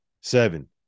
seven